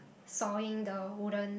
sawing the wooden